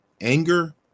anger